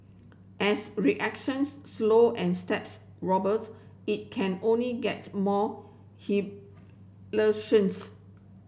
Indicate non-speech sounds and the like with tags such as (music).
as reactions slow and steps wobbles it can only gets more (unintelligible)